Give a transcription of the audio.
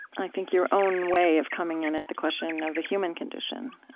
i think, your own way of coming in at the question of the human condition.